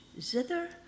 zither